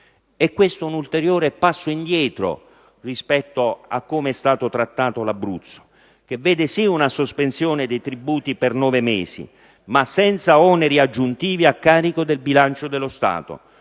È questo un ulteriore passo indietro rispetto alle modalità con cui è stato trattato l'Abruzzo, per il quale si prevede sì una sospensione dei tributi per nove mesi, ma senza oneri aggiuntivi a carico del bilancio dello Stato,